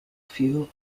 fuel